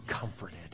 comforted